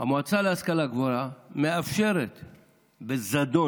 המועצה להשכלה גבוהה מאפשרת בזדון,